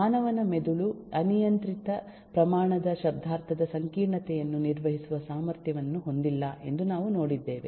ಮಾನವನ ಮೆದುಳು ಅನಿಯಂತ್ರಿತ ಪ್ರಮಾಣದ ಶಬ್ದಾರ್ಥದ ಸಂಕೀರ್ಣತೆಯನ್ನು ನಿರ್ವಹಿಸುವ ಸಾಮರ್ಥ್ಯವನ್ನು ಹೊಂದಿಲ್ಲ ಎಂದು ನಾವು ನೋಡಿದ್ದೇವೆ